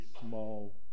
small